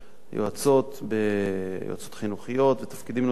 יועצות חינוכיות ותפקידים נוספים,